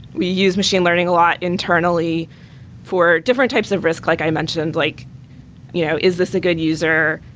we use machine learning a lot internally for different types of risk, like i mentioned, like you know is this a good user?